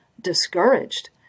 discouraged